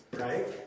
right